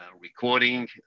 recording